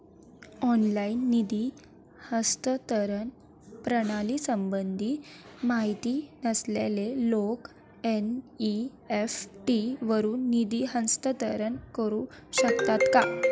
Online निधी हस्तांतरण प्रणालीसंबंधी माहिती नसलेले लोक एन.इ.एफ.टी वरून निधी हस्तांतरण करू शकतात का?